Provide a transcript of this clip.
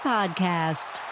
Podcast